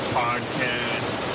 podcast